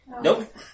Nope